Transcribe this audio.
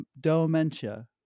dementia